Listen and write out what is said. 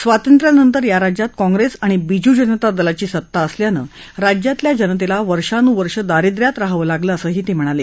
स्वातंत्र्यानंतर या राज्यात काँप्रेस आणि बिजू जनता दलाची सत्ता असल्यानं राज्यातल्या जनतेला वर्षानुवर्ष दारिद्र्यात रहावं लागलं असंही ते म्हणाले